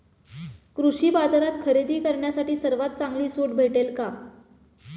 कृषी बाजारात खरेदी करण्यासाठी सर्वात चांगली सूट भेटेल का?